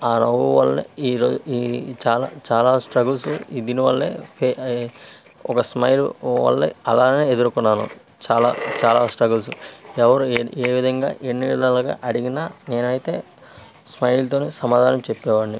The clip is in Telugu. ఆ నవ్వు వల్లనే ఈ రోజు ఈ చాలా చాలా స్ట్రగుల్స్ దీని వల్లే ఫే ఒక స్మైల్ వల్లే అలానే ఎదుర్కొన్నాను చాలా చాలా స్ట్రగుల్స్ ఎవరు ఏ విధంగా ఎన్ని విధాలుగా అడిగిన నేనయితే స్మైల్ తోనే సమాధానం చెప్పేవాడిని